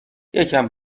یکم